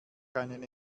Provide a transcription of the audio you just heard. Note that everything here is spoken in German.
keinen